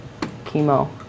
chemo